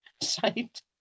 site